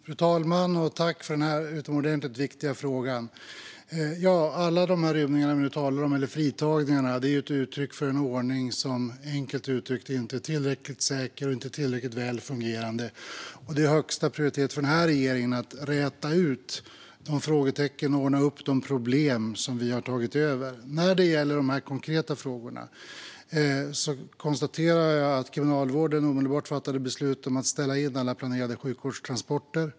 Fru talman! Tack, Richard Jomshof, för den utomordentligt viktiga frågan! Alla de här rymningarna, eller fritagningarna, som vi nu talar om är ett uttryck för en ordning som, enkelt uttryckt, inte är tillräckligt säker och inte tillräckligt väl fungerande. Det är högsta prioritet för den här regeringen att räta ut de frågetecken och ordna upp de problem som vi har tagit över. När det gäller de konkreta frågorna konstaterar jag att Kriminalvården omedelbart fattade beslut om att ställa in alla planerade sjukvårdstransporter.